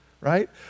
Right